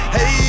Hey